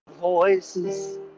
voices